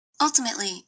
Ultimately